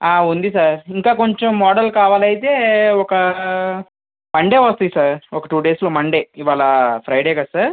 ఆ ఉంది సర్ ఇంకా కొంచెం మోడల్ కావాలి అయితే ఒక మండే వస్తాయి సార్ ఒక టూ డేస్లో మండే ఇవాళ ఫ్రైడే కదా సార్